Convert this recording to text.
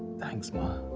thanks mom,